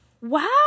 Wow